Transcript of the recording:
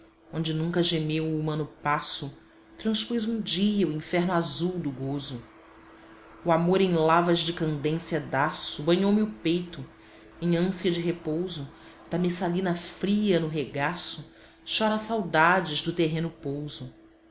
onde nunca gemeu o humano passo transpus um dia o inferno azul do gozo o amor em lavas de candência daço banhou me o peito em ânsia de repouso da messalina fria no regaço chora saudades do terreno pouso